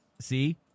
See